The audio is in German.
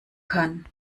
kann